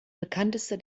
bekannteste